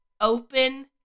open